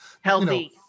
healthy